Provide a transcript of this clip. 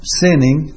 sinning